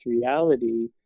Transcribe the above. reality